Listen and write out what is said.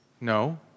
No